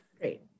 Great